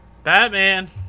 Batman